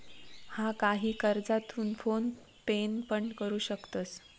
हा, काही कर्जा तू फोन पेन पण भरू शकतंस